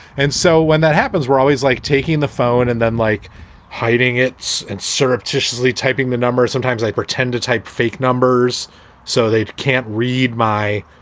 and so when that happens, we're always like taking the phone and then like hiding it and surreptitiously taping the numbers. sometimes i pretend to tape fake numbers so they can't read my.